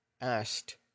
asked